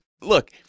look